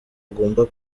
agomba